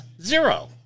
zero